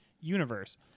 universe